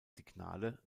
signale